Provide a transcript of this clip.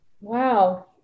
Wow